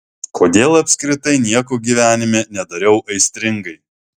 kodėl apskritai nieko gyvenime nedariau aistringai